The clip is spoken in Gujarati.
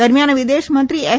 દરમિયાન વિદેશ મંત્રી એસ